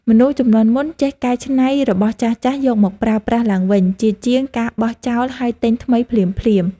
មនុស្សជំនាន់មុនចេះកែច្នៃរបស់ចាស់ៗយកមកប្រើប្រាស់ឡើងវិញជាជាងការបោះចោលហើយទិញថ្មីភ្លាមៗ។